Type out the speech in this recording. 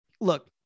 look